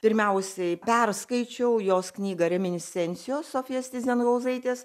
pirmiausiai perskaičiau jos knygą reminiscencijos sofijos tyzenhauzaitės